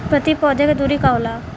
प्रति पौधे के दूरी का होला?